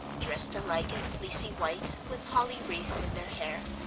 dressed alike in fleecy white with holly wreaths in their hair,